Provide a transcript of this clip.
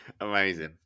amazing